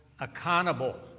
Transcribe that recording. accountable